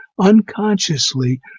Unconsciously